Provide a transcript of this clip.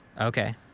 Okay